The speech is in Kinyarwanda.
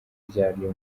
ryaryo